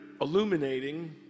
illuminating